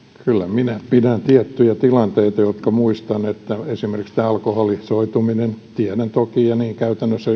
minä pidän tiettyjä tilanteita jotka muistan sellaisina esimerkiksi tämä alkoholisoituminen tiedän toki että hoitoon ohjataan ja niin käytännössä